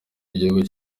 igihugu